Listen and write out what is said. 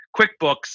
QuickBooks